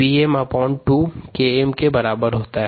Vm2 Km के बराबर होता है